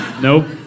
Nope